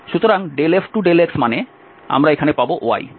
সুতরাং F2∂x মানে আমরা পাব y